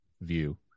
view